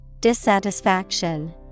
Dissatisfaction